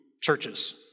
churches